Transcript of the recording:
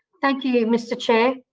thank you, mr chair.